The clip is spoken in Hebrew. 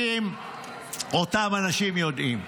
אותם האנשים יודעים.